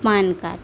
PAN card